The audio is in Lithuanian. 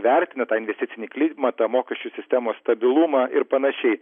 vertina tą investicinį klimatą mokesčių sistemos stabilumą ir panašiai